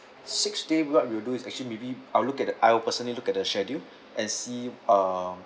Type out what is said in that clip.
six day what we will do is actually may be I'll look at the I will personally look at the schedule and see uh